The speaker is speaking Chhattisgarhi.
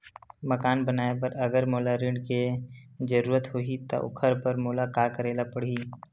मकान बनाये बर अगर मोला ऋण के जरूरत होही त ओखर बर मोला का करे ल पड़हि?